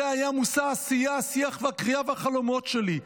זה היה מושא העשייה, השיח, הקריאה והחלומות שלי.